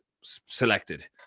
selected